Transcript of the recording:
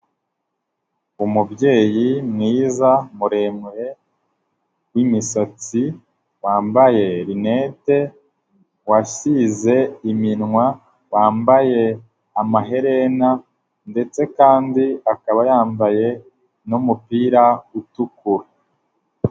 Umubyeyi mwiza muremure w'imisatsi, wambaye rinete wasize iminwa, wambaye amaherena ndetse kandi akaba yambaye n'umupira utukura.